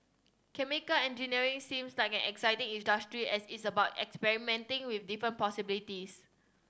chemical engineering seems like an exciting as it's about experimenting with different possibilities